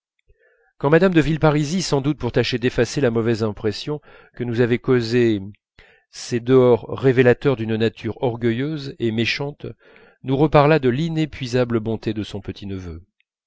quand mme de villeparisis sans doute pour tâcher d'effacer la mauvaise impression que nous avaient causée ces dehors révélateurs d'une nature orgueilleuse et méchante nous reparla de l'inépuisable bonté de son